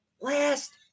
last